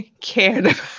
cared